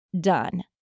done